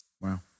Wow